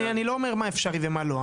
אני לא אומר מה אפשרי ומה לא,